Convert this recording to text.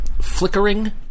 flickering